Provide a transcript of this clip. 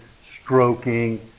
stroking